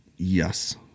Yes